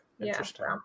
Interesting